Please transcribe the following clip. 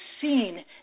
seen